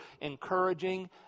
encouraging